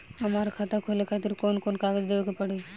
हमार खाता खोले खातिर कौन कौन कागज देवे के पड़ी?